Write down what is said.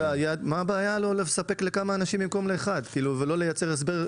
מה הבעיה לספק לכמה אנשים במקום לאחד ולא לייצר הסדר כובל?